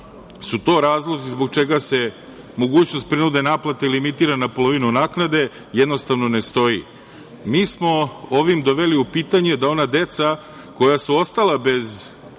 su to razlozi zbog čega se mogućnost prinudne naplate limitira na polovinu naknade, jednostavno ne stoje. Mi smo ovim doveli u pitanje da ona deca koja su ostala bez